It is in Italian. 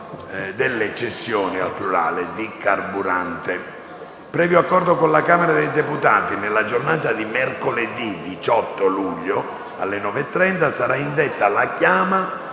delle cessioni di carburante. Previo accordo con la Camera dei deputati, nella giornata di mercoledì 18 luglio, alle ore 9,30, sarà indetta la chiama